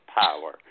power